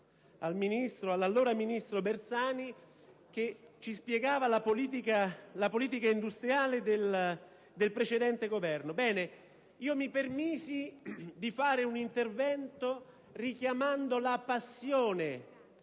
all'allora ministro Bersani, il quale ci spiegava la politica industriale del precedente Governo. Ebbene, io mi permisi di svolgere un intervento richiamando la passione